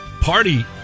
party